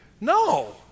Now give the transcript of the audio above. No